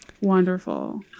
Wonderful